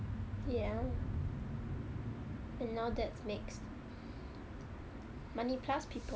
ya and now that makes money plus people I think money weighs more than people